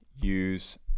use